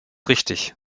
richtig